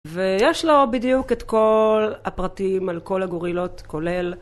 ויש לו בדיוק את כל הפרטים על כל הגורילות כולל.